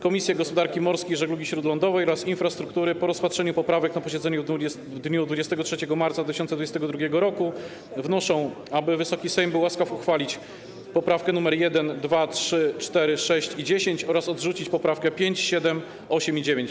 Komisje: Gospodarki Morskiej i Żeglugi Śródlądowej oraz Infrastruktury po rozpatrzeniu poprawek na posiedzeniu w dniu 23 marca 2022 r. wnoszą, aby Wysoki Sejm był łaskaw uchwalić poprawki nr 1, 2, 3, 4, 6 i 10 oraz odrzucić poprawki nr 5, 7, 8 i 9.